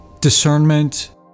discernment